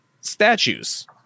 statues